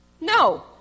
No